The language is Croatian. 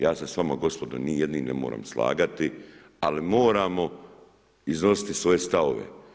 Ja se s vama gospodo ni jednim ne moram slagati, ali moramo iznositi svoje stavove.